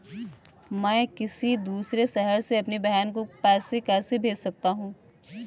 मैं किसी दूसरे शहर से अपनी बहन को पैसे कैसे भेज सकता हूँ?